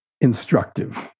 instructive